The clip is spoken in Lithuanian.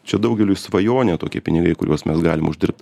čia daugeliui svajonė tokie pinigai kuriuos mes galim uždirbt